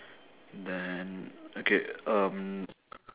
then okay um